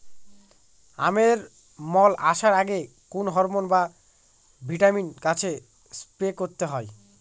আমের মোল আসার আগে কোন হরমন বা ভিটামিন গাছে স্প্রে করতে হয়?